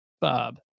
Bob